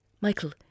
Michael